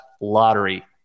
lottery